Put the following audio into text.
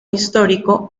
histórico